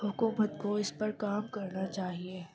حکومت کو اس پر کام کرنا چاہیے